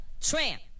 tramp